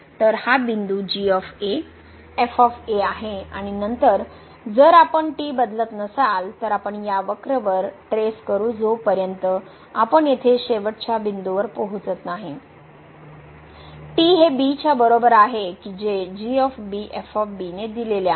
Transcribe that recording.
तर हा बिंदू आहे आणि नंतर जर आपण t बदलत नसाल तर आपण या वक्र वर ट्रेस करू जोपर्यंत आपण येथे शेवटच्या बिंदूवर पोहोचत नाही t हे b च्या बरोबर आहे कि जे ने दिलेले आहे